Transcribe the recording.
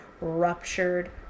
ruptured